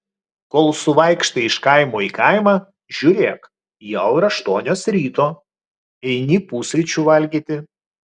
kol suvaikštai iš kaimo į kaimą žiūrėk jau ir aštuonios ryto eini pusryčių valgyti